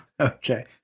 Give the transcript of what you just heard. Okay